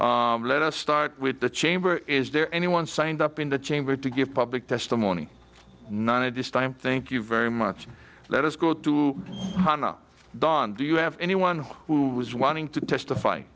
you let us start with the chamber is there anyone signed up in the chamber to give public testimony not at this time thank you very much let us go to dawn do you have anyone who was wanting to testify